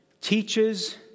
teaches